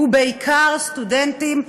ובעיקר סטודנטים,